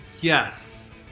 yes